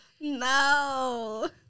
no